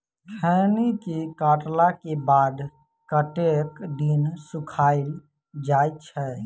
खैनी केँ काटला केँ बाद कतेक दिन सुखाइल जाय छैय?